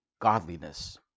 godliness